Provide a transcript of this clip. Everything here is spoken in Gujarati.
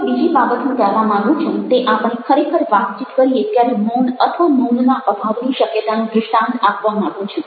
હવે બીજી બાબત હું કહેવા માગું છું તે આપણે ખરેખર વાતચીત કરીએ ત્યારે મૌન અથવા મૌનના અભાવની શક્યતાનું દ્રષ્ટાન્ત આપવા માંગું છું